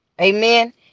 Amen